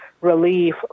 relief